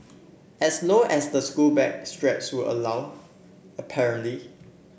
as low as the school bag straps would allow apparently